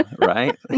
right